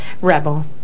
Rebel